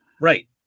right